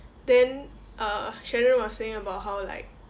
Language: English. then uh shannon was saying about how like